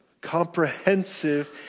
Comprehensive